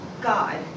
God